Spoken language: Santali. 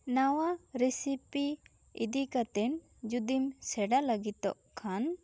ᱱᱟᱣᱟ ᱨᱮᱥᱤᱯᱤ ᱤᱫᱤ ᱠᱟᱛᱮᱜ ᱡᱩᱫᱤᱢ ᱥᱮᱬᱟ ᱞᱟᱹᱜᱤᱫᱚᱜ ᱠᱷᱟᱱ